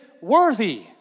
worthy